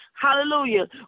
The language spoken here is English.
hallelujah